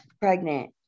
pregnant